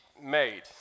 made